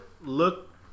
look